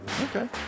Okay